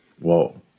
Whoa